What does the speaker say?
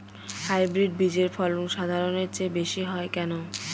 Hybrid বীজের ফলন সাধারণের চেয়ে বেশী হয় কেনো?